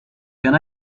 can